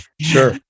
Sure